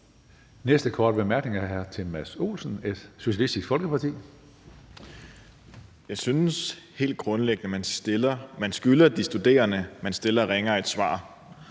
Næste korte bemærkning er til hr. Mads Olsen, Socialistisk Folkeparti. Kl. 16:02 Mads Olsen (SF): Jeg synes helt grundlæggende, man skylder de studerende, man stiller ringere, et svar.